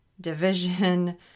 division